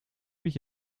mich